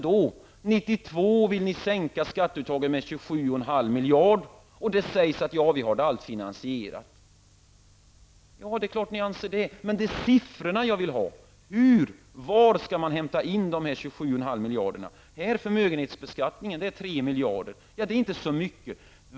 År 1992 vill ni minska skatteuttaget med 27,5 miljarder. Det sägs att allt är finansierat. Det är klart att ni anser det. Men det jag vill ha är siffror. Hur och var skall man hämta in dessa 27,5 miljarder? Förmögenhetsbeskattningen är 3 miljarder, och det är inte så mycket.